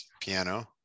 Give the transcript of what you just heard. piano